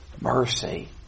mercy